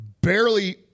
barely